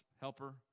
helper